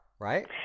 Right